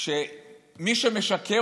שמי שמשקר,